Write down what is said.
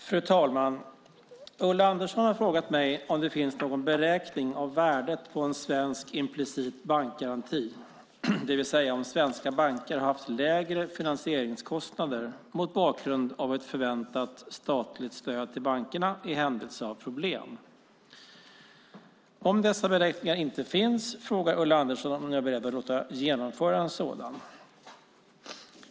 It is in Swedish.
Fru talman! Ulla Andersson har frågat mig om det finns någon beräkning av värdet på en svensk implicit bankgaranti, det vill säga om svenska banker har haft lägre finansieringskostnader mot bakgrund av ett förväntat statligt stöd till bankerna i händelse av problem. Om dessa beräkningar inte finns frågar Ulla Andersson om jag är beredd att låta genomföra en sådan.